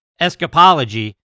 Escapology